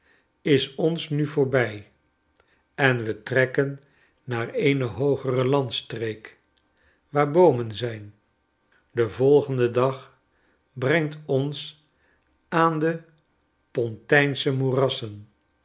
is ons nu voorbij en we trekken naar eene hoogere landstreek waar boomen zijn de volgende dag brengt ons aan depontijnsche moerassen